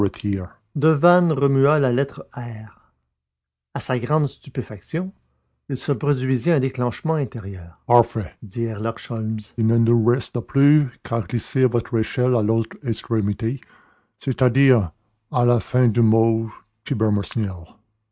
devanne remua la lettre r à sa grande stupéfaction il se produisit un déclanchement intérieur parfait dit herlock sholmès il ne vous reste plus qu'à glisser votre échelle à l'autre extrémité c'est-à-dire à la fin du